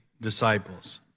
disciples